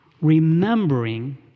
remembering